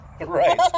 Right